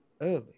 early